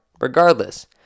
regardless